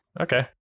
Okay